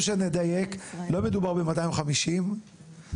שנדייק: לא מדובר ב-250,